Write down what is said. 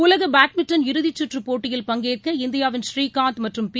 உலக பேட்மின்டன் இறுதிச்சுற்று போட்டியில் பங்கேற்க இந்தியாவின் ஸ்ரீகாந்த் மற்றும் பி